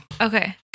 Okay